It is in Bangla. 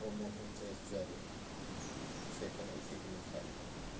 ব্রহ্মপুত্রেশ্বারি সেখানেই টিফিন সারলাম